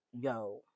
yo